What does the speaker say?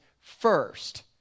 first